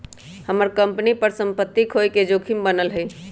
हम्मर कंपनी पर सम्पत्ति खोये के जोखिम बनल हई